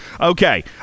Okay